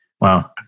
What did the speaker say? Wow